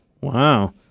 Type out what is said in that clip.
Wow